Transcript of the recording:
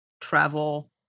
travel